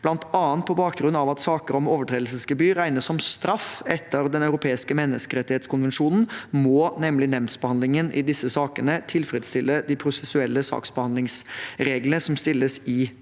bl.a. på bakgrunn av at saker om overtredelsesgebyr regnes som straff. Etter Den europeiske menneskerettskonvensjon må nemlig nemndsbehandlingen i disse sakene tilfredsstille de prosessuelle sakbehandlingsreglene som stilles i straffesaker.